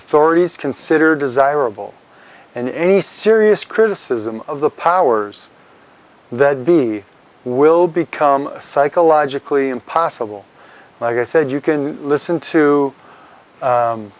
authorities consider desirable and any serious criticism of the powers that be will become psychologically impossible like i said you can listen to